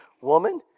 Woman